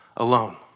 Alone